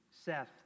Seth